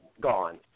gone